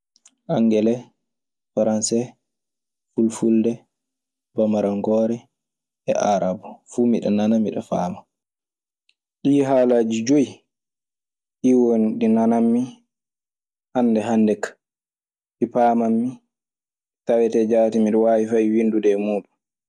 Angele, Faranse, Fulfulde, Bamarakoore e Aarabe fuu miɗe nana miɗe faama. Ɗii haalaaji joy, ɗii woni ɗi nananmi hannde hannde kaa. Ɗii paamammi, tawetee jaati miɗe waawi fay winndude e muuɗum.